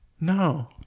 No